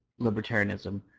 libertarianism